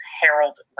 Harold